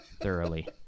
Thoroughly